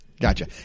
Gotcha